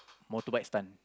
motorbike stunt